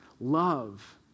love